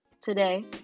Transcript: today